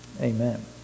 Amen